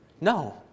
No